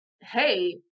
Hey